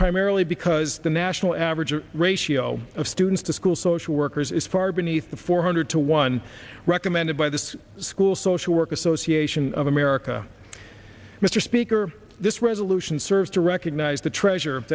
primarily because the national average the ratio of students to school social workers is far beneath the four hundred to one recommended by this school social work association of america mr speaker this resolution serves to recognize the treasure